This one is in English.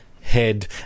Head